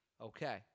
Okay